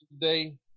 today